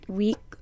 week